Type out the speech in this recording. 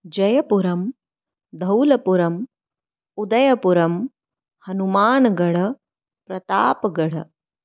जयपुरं धौलपुरं उदयपुरं हनुमानगढ़ प्रतापगढ़